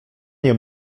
nie